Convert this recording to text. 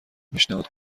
پیشنهاد